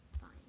Fine